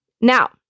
Now